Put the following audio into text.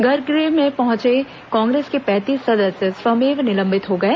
गर्भगृह में पहंचे कांग्रेस के पैंतीस सदस्य स्वमेव निलंबित हो गए